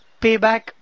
payback